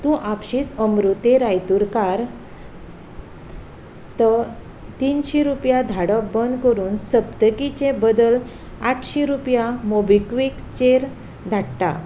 तूं आपशींच अमृते रायतुरकार त तिनशी रुपया धाडप बंद करून सप्तकीचे बदल आठशी रुपया मोबिक्वीकचेर धाडटा